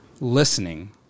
listening